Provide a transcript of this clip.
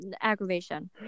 aggravation